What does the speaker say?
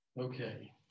Okay